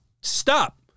stop